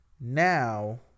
now